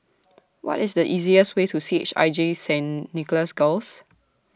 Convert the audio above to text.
What IS The easiest Way to C H I J Saint Nicholas Girls